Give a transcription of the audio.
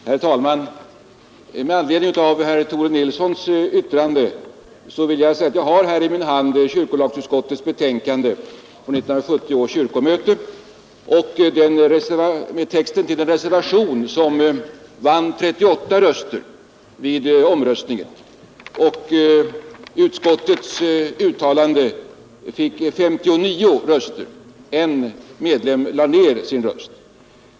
Herr talman! Med anledning av herr Tore Nilssons yttrande vill jag säga att jag har här i min hand kyrkolagsutskottets betänkande vid 1970 års kyrkomöte med texten till den reservation som vann 38 röster vid omröstningen, medan utskottets uttalande fick 59 röster. En medlem lade ned sin röst.